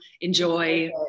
enjoy